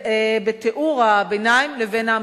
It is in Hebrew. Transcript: בתיאור הביניים לבין ההמלצות.